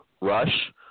Rush